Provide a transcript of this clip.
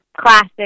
classic